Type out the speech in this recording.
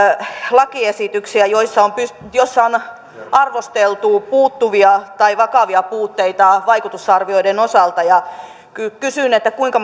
lakiesityksiä joissa on arvosteltu puuttuvia tai vakavia puutteita vaikutusarvioiden osalta kysyn kuinka